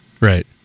right